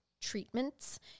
treatments